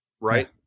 right